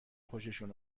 خوششون